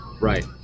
right